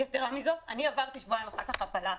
יתרה מזה, שבועיים לאחר מכן עברתי הפלה.